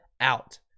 out